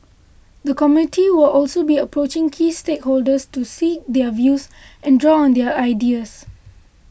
the committee will also be approaching key stakeholders to seek their views and draw on their ideas